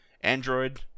Android